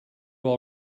all